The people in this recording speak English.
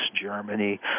Germany